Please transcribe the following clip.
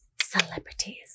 Celebrities